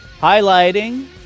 highlighting